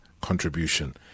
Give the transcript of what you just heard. contribution